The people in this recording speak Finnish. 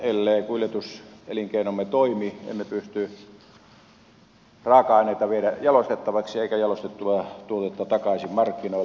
ellei kuljetuselinkeinomme toimi emme pysty raaka aineita viemään jalostettavaksi emmekä jalostettua tuotetta takaisin markkinoille